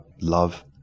love